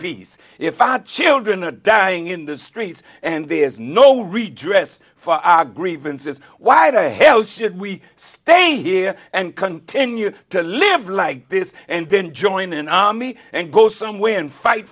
peace if i children are dying in the streets and there's no redress for our grievances why the hell should we stay here and continue to live like this and then join an army and go somewhere and fight